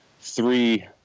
three